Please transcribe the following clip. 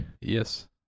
Yes